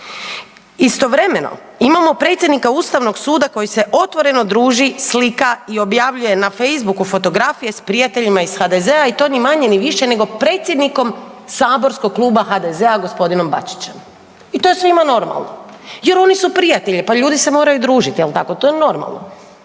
Istovremeno imamo predsjednika Ustavnog suda koji se otvoreno druži, slika i objavljuje na Facebooku fotografije s prijateljima iz HDZ-a i to, ni manje ni više, nego predsjednikom saborskog Kluba HDZ-a gospodinom Bačićem, i to je svima normalno, jer oni su prijatelji, pa ljudi se moraju družiti, je li tako? To je normalno.